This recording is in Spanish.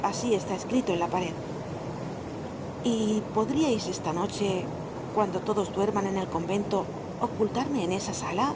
asi está escrito en la pared content from google book search generated at y podríais esta noche cuando todos duerman en el convento ocultarme en esa sala